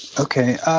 okay.